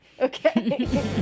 Okay